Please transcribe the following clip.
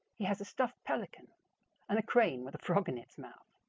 he has a stuffed pelican and a crane with a frog in its mouth,